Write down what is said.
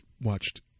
watched